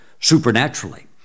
supernaturally